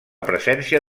presència